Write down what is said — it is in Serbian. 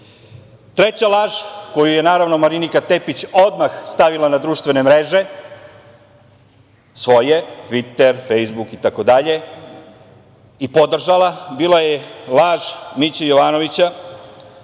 laž. Treća la koju je naravno, Marinika Tepić odmah stavila na društvene mreže, svoje, Tviter, Fejsbuk itd. i podržala bila je laž Miće Jovanovića,